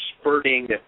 spurting